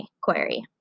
query